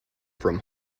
from